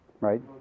Right